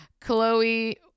Chloe